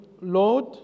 Lord